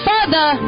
Father